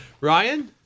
Ryan